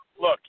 Look